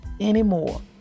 anymore